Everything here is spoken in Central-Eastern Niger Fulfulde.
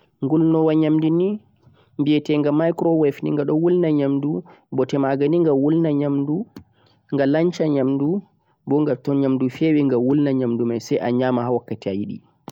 gulnowa nyamdu ni bhitegha microwave gha do wulna nyamdu bote magha ni gha wulna nymadu gha lancha nymadu boh to nyamdu fewi gha wulna nyamdu mai sai nyama wakkati ayidi